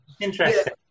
interesting